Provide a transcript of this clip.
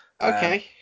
Okay